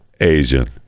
asian